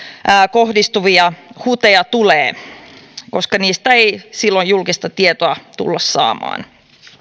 kohdistuvia huteja tulee koska niistä ei silloin julkista tietoa tulla saamaan